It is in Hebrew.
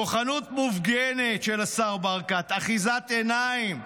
כוחנות מופגנת של השר ברקת, אחיזת עיניים.